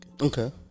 okay